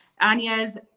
Anya's